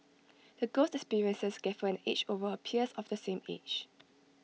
the girl's experiences gave her an edge over her peers of the same age